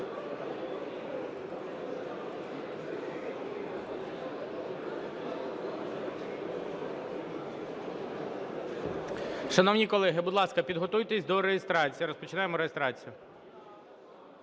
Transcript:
Шановні колеги, будь ласка, підготуйтесь до реєстрації. Розпочинаємо реєстрацію.